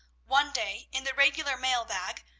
one day, in the regular mail-bag,